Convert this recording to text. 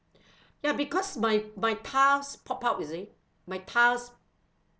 ya because my my tiles pop up you see my tiles